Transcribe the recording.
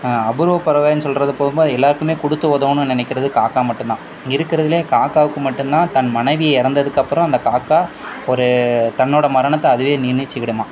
அபூர்வ பறவைன்னு சொல்வது போலேதான் எல்லோருக்குமே கொடுத்து உதவணுன்னு நினைக்கறது காக்காய் மட்டும்தான் இருக்கிறதுலையே காக்காயுக்கு மட்டும்தான் தன் மனைவி இறந்ததுக்கப்பறம் அந்த காக்காய் ஒரு தன்னோடய மரணத்தை அதுவே நிர்ணயிச்சிக்கிடுமாம்